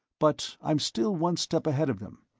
but i'm still one step ahead of them,